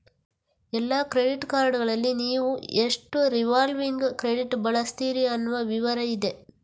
ಎಲ್ಲಾ ಕ್ರೆಡಿಟ್ ಕಾರ್ಡುಗಳಲ್ಲಿ ನೀವು ಎಷ್ಟು ರಿವಾಲ್ವಿಂಗ್ ಕ್ರೆಡಿಟ್ ಬಳಸ್ತೀರಿ ಅನ್ನುವ ವಿವರ ಇದೆ